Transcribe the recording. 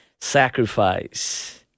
sacrifice